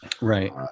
Right